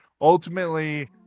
ultimately